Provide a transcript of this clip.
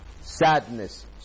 sadness